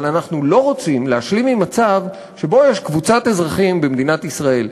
אבל אנחנו לא רוצים להשלים עם מצב שיש קבוצת אזרחים במדינת ישראל,